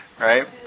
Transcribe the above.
right